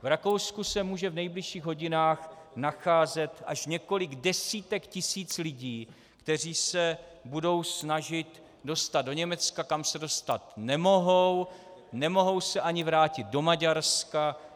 V Rakousku se může v nejbližších hodinách nacházet až několik desítek tisíc lidí, kteří se budou snažit dostat do Německa, kam se dostat nemohou, nemohou se ani vrátit do Maďarska.